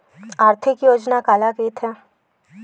आर्थिक योजना काला कइथे?